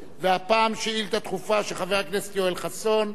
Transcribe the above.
הפעם שאילתא דחופה של חבר הכנסת יואל חסון בנושא: